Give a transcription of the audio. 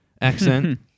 accent